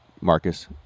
Marcus